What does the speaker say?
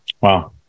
Wow